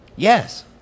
Yes